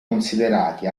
considerati